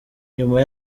nyuma